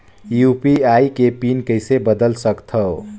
UPI के PIN कइसे बदल सकथव?